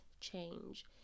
change